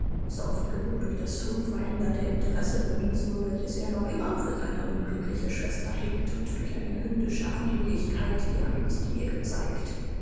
er oft genug durch das unveränderte interesse bewiesen welches er noch immer für seine unglückliche schwester hegt und durch eine hündische anhänglichkeit die er einst mir gezeigt